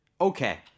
Okay